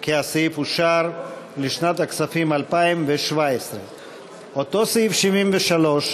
כי הסעיף אושר לשנת הכספים 2017. אותו סעיף 73,